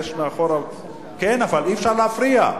אי-אפשר להפריע.